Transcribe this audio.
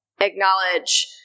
acknowledge